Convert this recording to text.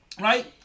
right